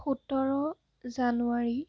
সোতৰ জানুৱাৰী